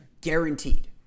guaranteed